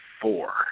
four